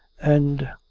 and.